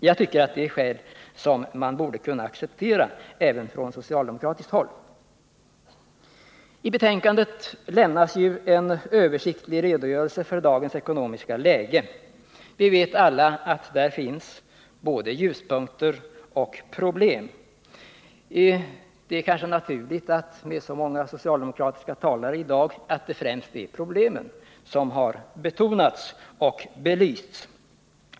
Jag tycker att detta är skäl som man borde kunna acceptera även från socialdemokratiskt håll. I betänkandet lämnas en översiktlig redogörelse för dagens ekonomiska läge. Vi vet alla att där finns både ljuspunkter och problem, men med tanke på att så många socialdemokratiska talare deltagit i dagens debatt är det kanske naturligt att det främst är problemen som har betonats och belysts.